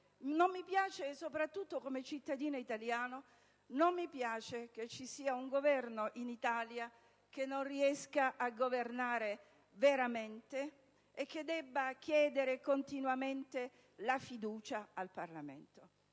Non mi piace, soprattutto come cittadina italiana, che in Italia ci sia un Governo che non riesce a governare veramente e che deve chiedere continuamente la fiducia al Parlamento.